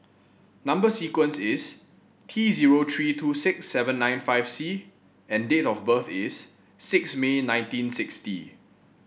number sequence is T zero three two six seven nine five C and date of birth is six May nineteen sixty